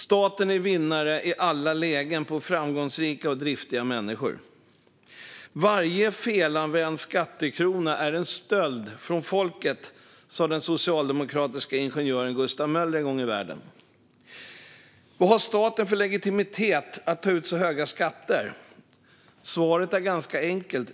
Staten är vinnare i alla lägen på framgångsrika och driftiga människor. Varje felanvänd skattekrona är en stöld från folket, sa den socialdemokratiska ingenjören Gustav Möller en gång i världen. Vad har staten för legitimitet att ta ut så höga skatter? Svaret är ganska enkelt.